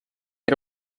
era